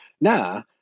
Now